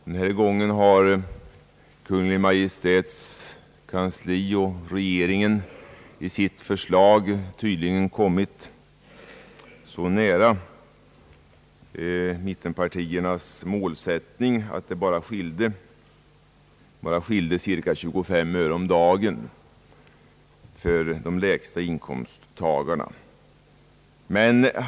Denna gång har regeringen i sitt förslag tydligen kommit så nära mittenpartiernas målsättning, att det bara skilde cirka 25 öre om dagen för de lägsta inkomsttagarna.